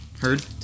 Heard